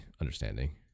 understanding